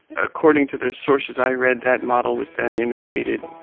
according to the sources i read that model was then imitated,